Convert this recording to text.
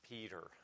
Peter